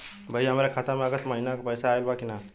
भईया हमरे खाता में अगस्त महीना क पैसा आईल बा की ना?